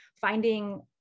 finding